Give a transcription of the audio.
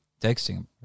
Texting